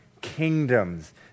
kingdoms